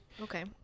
Okay